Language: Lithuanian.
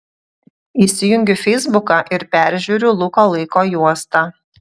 įsijungiu feisbuką ir peržiūriu luko laiko juostą